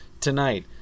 tonight